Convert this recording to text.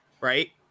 right